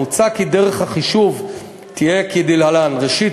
מוצע כי דרך החישוב תהיה כדלהלן: ראשית,